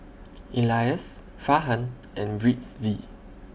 Elyas Farhan and Rizqi